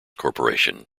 corporation